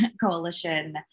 coalition